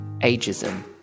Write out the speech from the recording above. ageism